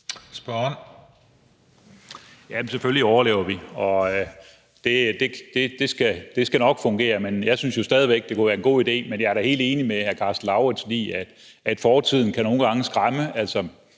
(DF): Ja, selvfølgelig overlever vi, og det skal nok fungere, men jeg synes jo stadig væk, at det kunne være en god idé. Men jeg er da helt enig med hr. Karsten Lauritzen i, at fortiden nogle gange kan skræmme.